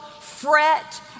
fret